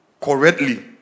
correctly